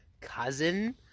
cousin